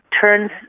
turns